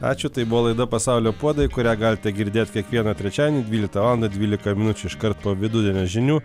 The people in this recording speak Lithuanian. ačiū tai buvo laida pasaulio puodai kurią galite girdėt kiekvieną trečiadienį dvyliktą valandą dvylika minučių iškart po vidudienio žinių